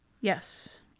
Yes